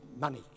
money